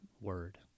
word